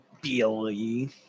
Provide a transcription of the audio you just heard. Billy